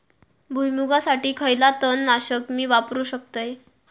भुईमुगासाठी खयला तण नाशक मी वापरू शकतय?